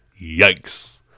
Yikes